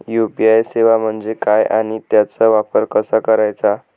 UPI सेवा म्हणजे काय आणि त्याचा वापर कसा करायचा?